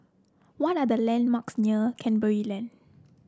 what are the landmarks near Canberra Lane